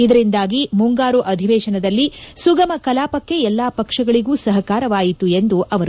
ಇದರಿಂದಾಗಿ ಮುಂಗಾರು ಅಧಿವೇಶನದಲ್ಲಿ ಸುಗಮ ಕಲಾಪಕ್ಕೆ ಎಲ್ಲಾ ಪಕ್ಷಗಳಿಗೂ ಸಹಕಾರಿಯಾಯಿತು ಎಂದರು